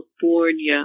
California